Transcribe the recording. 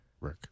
Rick